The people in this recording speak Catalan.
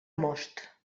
most